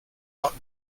hot